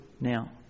now